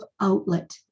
outlet